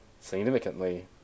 significantly